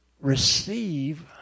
receive